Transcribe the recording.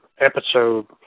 episode